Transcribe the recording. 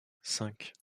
cinq